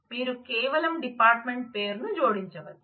మీరు కేవలం డిపార్ట్మెంట్ పేరును జోడించవచ్చు